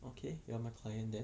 okay you are my client then